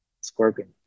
Scorpion